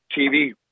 TV